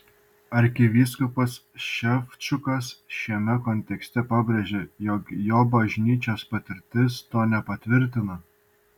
arkivyskupas ševčukas šiame kontekste pabrėžė jog jo bažnyčios patirtis to nepatvirtina